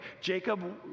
Jacob